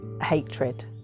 hatred